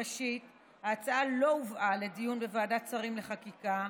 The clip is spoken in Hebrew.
ראשית, ההצעה לא הובאה לדיון בוועדת שרים לחקיקה,